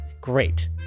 Great